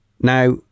now